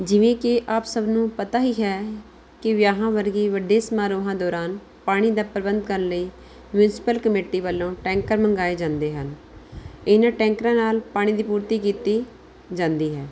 ਜਿਵੇਂ ਕਿ ਆਪ ਸਭ ਨੂੰ ਪਤਾ ਹੀ ਹੈ ਕਿ ਵਿਆਹਾਂ ਵਰਗੇ ਵੱਡੇ ਸਮਾਰੋਹਾਂ ਦੌਰਾਨ ਪਾਣੀ ਦਾ ਪ੍ਰਬੰਧ ਕਰਨ ਲਈ ਮਿਊਂਸੀਪਲ ਕਮੇਟੀ ਵੱਲੋਂ ਟੈਂਕਰ ਮੰਗਵਾਏ ਜਾਂਦੇ ਹਨ ਇਹਨਾਂ ਟੈਂਕਰਾਂ ਨਾਲ ਪਾਣੀ ਦੀ ਪੂਰਤੀ ਕੀਤੀ ਜਾਂਦੀ ਹੈ